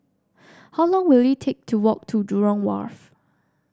how long will it take to walk to Jurong Wharf